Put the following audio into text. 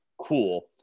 Cool